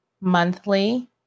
monthly